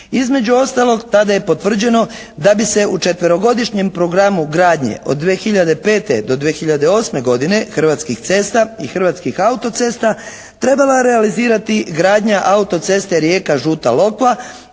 Između ostalog tada je potvrđeno da bi se u četverogodišnjem programu gradnje od 2005. do 2008. godine Hrvatskih cesta i Hrvatskih autocesta trebala realizirati gradnja autoceste Rijeka-Žuta Lokva,